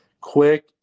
quick